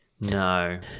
No